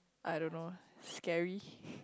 I don't know scary